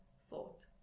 thought